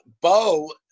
Bo